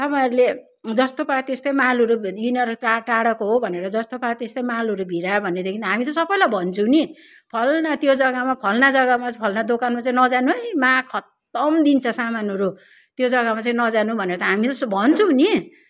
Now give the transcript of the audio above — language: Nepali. तपाईँहरूले जस्तो पायो त्यस्तै मालहरू लिन र टा टाढाको हो भनेर जस्तो पायो त्यस्तै माल भिरायो भनेदेखि हामी त सबैलाई भन्छौँ नि फलाना त्यो जगामा फलाना जगामा फलाना दोकानमा चाहिँ नजानु है महा खतम दिन्छ सामानहरू त्यो जगामा चाहिँ नजानु भनेर त हामी त्यस्तो भन्छौँ पनि